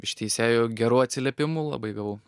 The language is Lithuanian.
iš teisėjų gerų atsiliepimų labai gavau